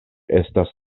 estas